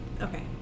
Okay